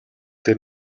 тэр